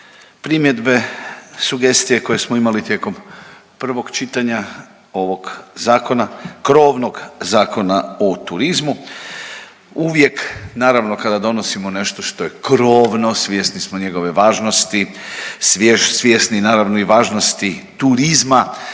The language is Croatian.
primjedbe, sugestije koje smo imali tijekom prvog čitanja ovog zakona, krovnog Zakona o turizmu. Uvijek naravno kada donosimo nešto što je krovno, svjesni smo njegove važnosti, svjesni naravno i važnosti turizma